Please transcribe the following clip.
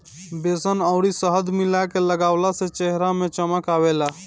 बेसन अउरी शहद मिला के लगवला से चेहरा में चमक आवेला